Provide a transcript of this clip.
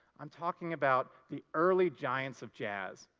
i'm talking about the early giants of jazz,